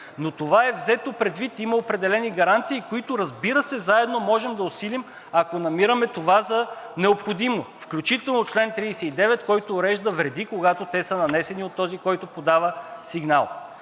Но това е взето предвид, има определени гаранции, които, разбира се, заедно можем да усилим, ако намираме това за необходимо, включително чл. 39, който урежда вреди, когато те са нанесени от този, който подава сигнал.